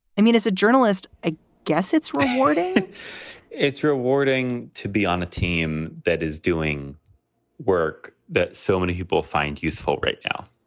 i mean, as a journalist, i guess it's rewarding it's rewarding to be on a team that is doing work that so many people find useful. right now,